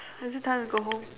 is it time to go home